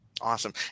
Awesome